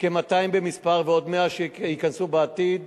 כ-200 במספר ועוד 100 שייכנסו בעתיד,